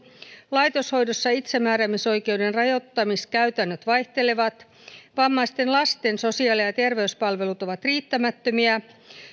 laitoshoidossa itsemääräämisoikeuden rajoittamiskäytännöt vaihtelevat vammaisten lasten sosiaali ja terveyspalvelut ovat riittämättömiä